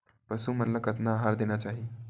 पशु मन ला कतना आहार देना चाही?